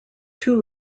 two